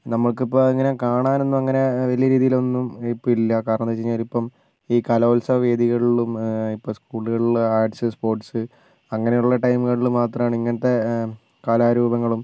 നമുക്ക് ഇപ്പോൾ അങ്ങനെ കാണാനൊന്നും അങ്ങനെ വലിയ രീതിയിലൊന്നും ഇപ്പം ഇല്ല കാരണം എന്നു വെച്ചുകഴിഞ്ഞാൽ ഇപ്പോൾ ഈ കലോൽസവ വേദികളിലും ഇപ്പോൾ സ്കൂളുകളിൽ ആർട്സ് സ്പോർട്സ് അങ്ങനെയുള്ള ടൈമുകളിൽ മാത്രമാണ് ഇങ്ങനത്തെ കലാരൂപങ്ങളും